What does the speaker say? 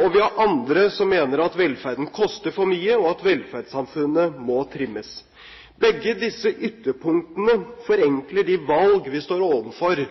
Og vi har andre som mener at velferden koster for mye, og at velferdssamfunnet må trimmes. Begge disse ytterpunktene forenkler de valg vi står